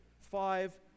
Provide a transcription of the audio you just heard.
Five